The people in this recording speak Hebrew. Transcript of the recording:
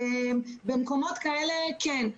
במקומות כאלה כן.